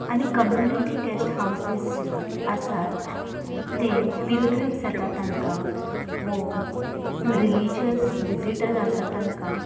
आनी community guest हावझीस आसात ते पिलग्रिम्स येता तांकां वो रिलीजियस विझीटर आसा तांकां